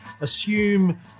assume